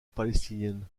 palestinienne